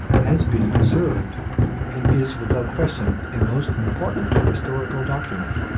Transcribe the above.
has been preserved and is without question a most important historical document.